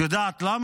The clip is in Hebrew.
את יודעת למה?